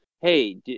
Hey